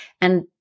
and-